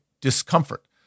discomfort